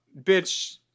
Bitch